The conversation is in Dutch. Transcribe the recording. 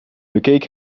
bekeek